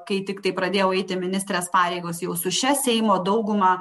kai tiktai pradėjau eiti ministrės pareigos jau su šia seimo dauguma